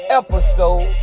episode